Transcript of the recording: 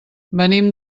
venim